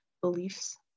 beliefs